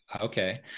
okay